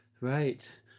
Right